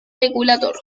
regulador